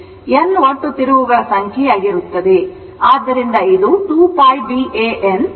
N ಒಟ್ಟು ತಿರುವುಗಳ ಸಂಖ್ಯೆ ಆಗಿರುತ್ತದೆ